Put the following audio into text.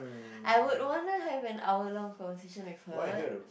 I would want to have an hour long conversation with her